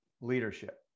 leadership